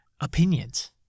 opinions